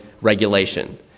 regulation